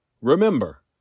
remember